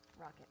Rocket